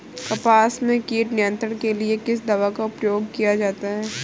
कपास में कीट नियंत्रण के लिए किस दवा का प्रयोग किया जाता है?